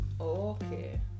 okay